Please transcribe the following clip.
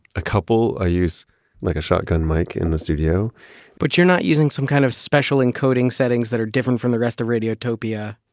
a couple. i use like a shotgun mic in the studio but you're not using some kind of special encoding settings that are different from the rest of radiotopia?